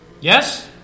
Yes